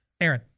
Aaron